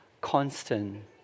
constant